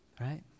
Right